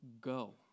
go